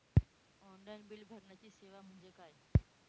Online bill भरण्याची सेवा म्हणजे काय?